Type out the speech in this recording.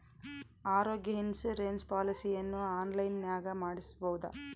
ಆರೋಗ್ಯ ಇನ್ಸುರೆನ್ಸ್ ಪಾಲಿಸಿಯನ್ನು ಆನ್ಲೈನಿನಾಗ ಮಾಡಿಸ್ಬೋದ?